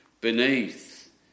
beneath